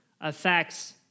affects